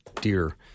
dear